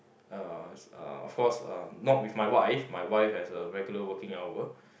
uh of course uh not with my wife my wife has a regular working hour